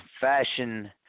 fashion